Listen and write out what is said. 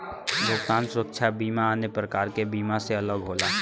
भुगतान सुरक्षा बीमा अन्य प्रकार के बीमा से अलग होला